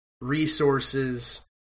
resources